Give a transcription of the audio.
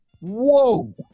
Whoa